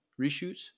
reshoots